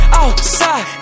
outside